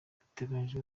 biteganyijwe